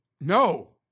No